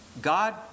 God